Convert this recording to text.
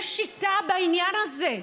יש שיטה בעניין הזה,